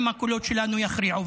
אם הקולות שלנו יכריעו.